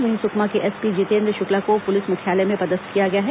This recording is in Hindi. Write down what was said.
वहीं सुकमा के एसपी जितेंद्र शुक्ला को पुलिस मुख्यालय में पदस्थ किया गया है